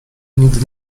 nigdy